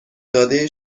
داده